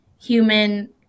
human